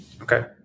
Okay